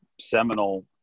seminal